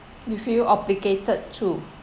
you feel obligated to